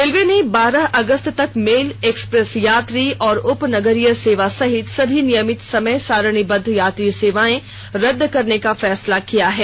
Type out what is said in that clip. railway ने बारह अगस्त तक मेल एक्सप्रेस यात्री और उपनगरीय सेवा सहित सभी नियमित समय सारणीबद्द यात्री सेवाएं रद्द करने का फैसला किया है